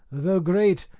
though great,